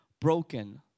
broken